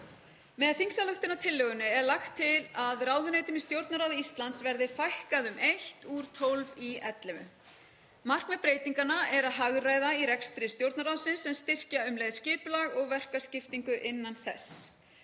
Með þingsályktunartillögunni er lagt til að ráðuneytum í Stjórnarráði Íslands verði fækkað um eitt, úr tólf í ellefu. Markmið breytinganna er að hagræða í rekstri Stjórnarráðsins en styrkja um leið skipulag og verkaskiptingu innan þess.